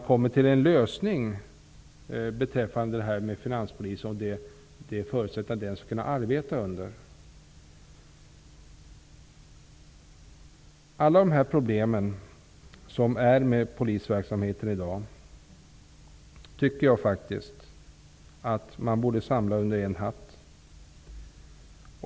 Alla dessa problem med polisverksamheten i dag tycker jag att man borde samla under en hatt.